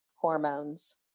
hormones